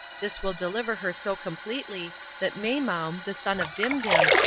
this will deliver her so completely that maimoum, the son of dimdim,